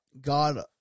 God